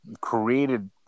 created